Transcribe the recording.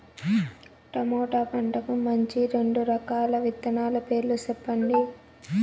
tomato పంటకు మంచి రెండు రకాల విత్తనాల పేర్లు సెప్పండి